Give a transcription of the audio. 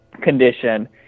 condition